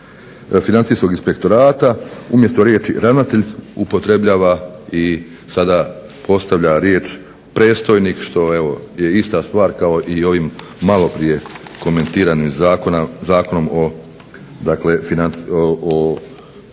Financijskog inspektorata umjesto riječi ravnatelj upotrebljava i sada postavlja riječ predstojnik što evo je ista stvar kao i ovim maloprije komentiranim Zakonom o sprečavanju